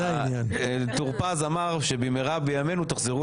טור פז אמר שבמהרה בימינו תחזרו